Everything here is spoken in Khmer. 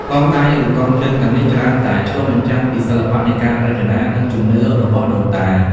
កងដៃឬកងជើងទាំងនេះច្រើនតែឆ្លុះបញ្ចាំងពី សិល្បៈនៃការរចនា និង ជំនឿ របស់ដូនតា។